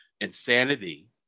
Insanity